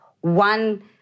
one